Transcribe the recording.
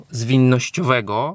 zwinnościowego